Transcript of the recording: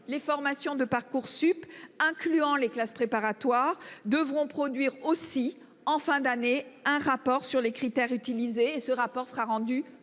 les formations de Parcoursup, incluant les classes préparatoires devront produire aussi en fin d'année un rapport sur les critères utilisés et ce rapport sera rendu